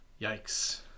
yikes